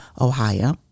Ohio